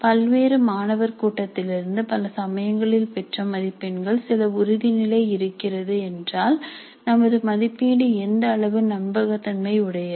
பல்வேறு மாணவர் கூட்டத்திலிருந்து பல சமயங்களில் பெற்ற மதிப்பெண்களின் சில உறுதிநிலை இருக்கிறது என்றால் நமது மதிப்பீடு எந்த அளவு நம்பகத் தன்மை உடையது